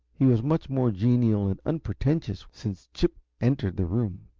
he was much more genial and unpretentious since chip entered the room,